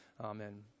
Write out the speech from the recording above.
Amen